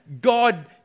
God